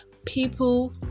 people